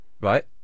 Right